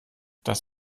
das